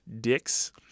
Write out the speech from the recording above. dicks